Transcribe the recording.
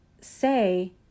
say